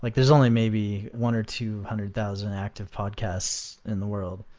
like there's only maybe one or two hundred thousand active podcasts in the world.